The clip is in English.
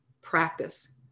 Practice